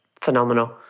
phenomenal